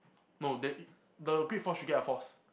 no the the great force should get a force